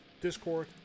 discord